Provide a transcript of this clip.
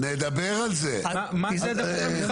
מה קשור המלחמה?